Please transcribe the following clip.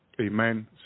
Amen